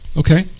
okay